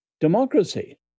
democracy